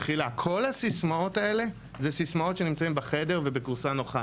מחילה כול הסיסמאות האלה הן בחדר ובכורסה נוחה.